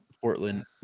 Portland